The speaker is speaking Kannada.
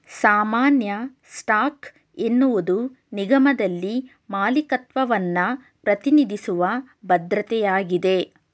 ಸಾಮಾನ್ಯ ಸ್ಟಾಕ್ ಎನ್ನುವುದು ನಿಗಮದಲ್ಲಿ ಮಾಲೀಕತ್ವವನ್ನ ಪ್ರತಿನಿಧಿಸುವ ಭದ್ರತೆಯಾಗಿದೆ